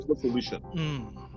solution